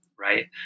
right